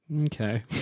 Okay